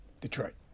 Detroit